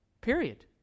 Period